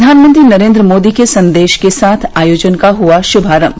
प्रधानमंत्री नरेन्द्र मोदी के संदेश के साथ आयोजन का हुआ शुभारंभ